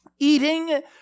eating